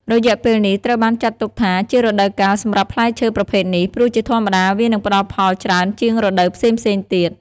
រយៈពេលនេះត្រូវបានចាត់ទុកថាជារដូវកាលសម្រាប់ផ្លែឈើប្រភេទនេះ ព្រោះជាធម្មតាវានឹងផ្តល់ផលច្រើនជាងរដូវផ្សេងៗទៀត។